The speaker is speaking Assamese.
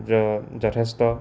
যথেষ্ট